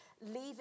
leaving